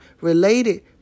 related